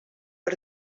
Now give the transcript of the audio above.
per